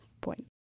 point